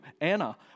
Anna